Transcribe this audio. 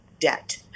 debt